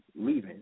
leaving